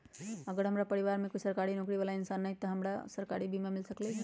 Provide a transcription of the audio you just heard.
अगर हमरा परिवार में कोई सरकारी नौकरी बाला इंसान हई त हमरा सरकारी बीमा मिल सकलई ह?